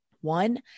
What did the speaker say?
One